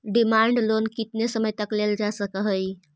demand loan केतना समय तक लेल जा सकऽ हई